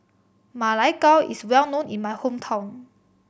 Ma Lai Gao is well known in my hometown